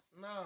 No